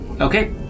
Okay